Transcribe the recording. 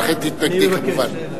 לכן, את תתנגדי כמובן.